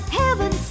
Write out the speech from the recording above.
heaven